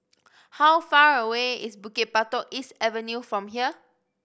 how far away is Bukit Batok East Avenue from here